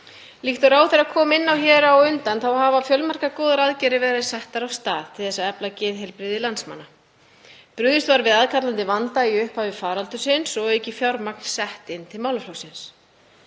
Líkt og ráðherra kom inn á hér á undan hafa fjölmargar góðar aðgerðir verið settar af stað til þess að efla geðheilbrigði landsmanna. Brugðist var við aðkallandi vanda í upphafi faraldursins og aukið fjármagn sett til málaflokksins.